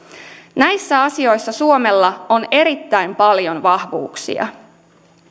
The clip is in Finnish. näissä asioissa suomella on erittäin paljon vahvuuksia